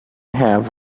have